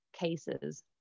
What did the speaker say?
cases